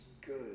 good